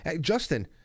Justin